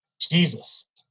Jesus